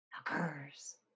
occurs